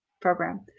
Program